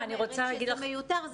זאת אומרת שזה מיותר.